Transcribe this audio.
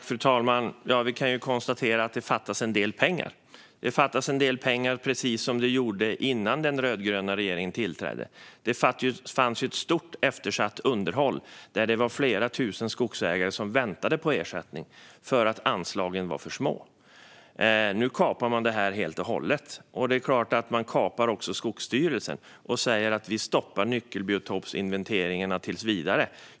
Fru talman! Vi kan ju konstatera att det fattas en del pengar. Det fattas en del pengar, precis som det gjorde innan den rödgröna regeringen tillträdde. Det fanns ett stort eftersatt underhåll, där det var flera tusen skogsägare som väntade på ersättning eftersom anslagen var för små. Nu kapar man detta helt och hållet. Man kapar även Skogsstyrelsen och säger: Vi stoppar nyckelbiotopsinventeringarna tills vidare.